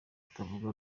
batavuga